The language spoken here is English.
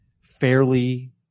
fairly